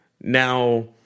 Now